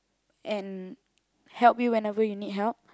and help you whenever you need help